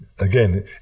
Again